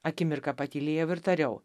akimirką patylėjau ir tariau